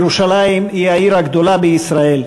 ירושלים היא העיר הגדולה בישראל,